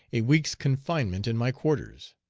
a week's confinement in my quarters.